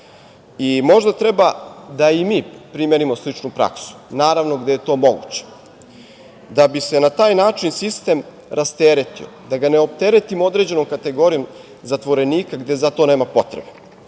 Možda treba da i mi primenimo sličnu praksu, naravno, gde je to moguće, da bi se na taj način sistem rasteretio, da ga ne opteretimo određenom kategorijom zatvorenika gde za to nema potrebe. Na